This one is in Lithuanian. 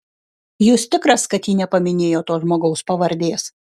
jūs tikras kad ji nepaminėjo to žmogaus pavardės